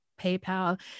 PayPal